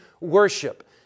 worship